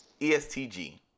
ESTG